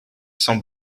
sans